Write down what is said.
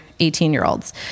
18-year-olds